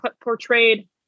portrayed